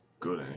good